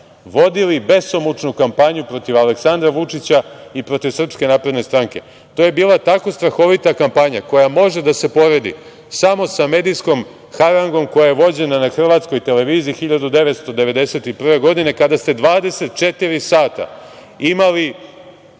vodili besomučnu kampanju protiv Aleksandra Vučića i protiv SNS. To je bila tako strahovita kampanja koja može da se poredi samo sa medijskom harangom koja je vođena na hrvatskoj televiziji 1991. godine, kada ste 24 sata imali